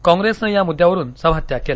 कॉंग्रेसन या मुद्द्यावरून सभात्याग केला